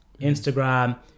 Instagram